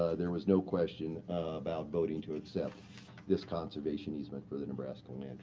ah there was no question about voting to accept this conservation easement for the nebraska land